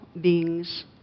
beings